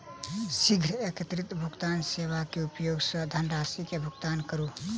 शीघ्र एकीकृत भुगतान सेवा के उपयोग सॅ धनरशि के भुगतान करू